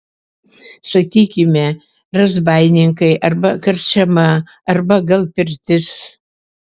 sakykime razbaininkai arba karčiama arba gal pirtis